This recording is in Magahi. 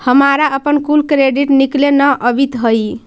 हमारा अपन कुल क्रेडिट निकले न अवित हई